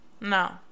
No